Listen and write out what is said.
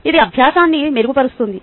ఇది అభ్యాసాన్ని మెరుగుపరుస్తుంది